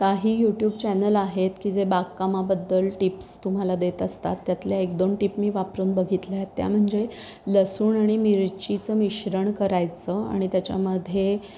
काही YouTube channel आहेत की जे बागकामाबद्दल टिप्स तुम्हाला देत असतात त्यातल्या एक दोन टीप मी वापरून बघितल्या आहेत त्या म्हणजे लसूण आणि मिरचीचं मिश्रण करायचं आणि त्याच्यामध्ये